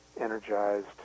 energized